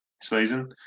season